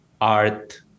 art